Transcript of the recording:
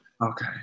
Okay